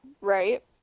right